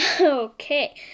Okay